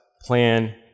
plan